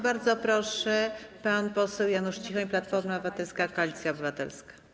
Bardzo proszę, pan poseł Janusz Cichoń, Platforma Obywatelska - Koalicja Obywatelska.